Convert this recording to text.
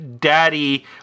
Daddy